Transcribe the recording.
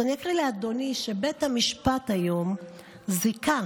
אז אני אקריא לאדוני שבית המשפט היום זיכה